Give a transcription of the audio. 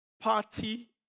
party